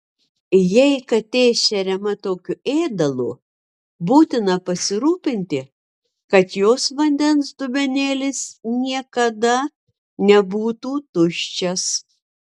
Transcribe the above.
jei katė šeriama tokiu ėdalu būtina pasirūpinti kad jos vandens dubenėlis niekada nebūtų tuščias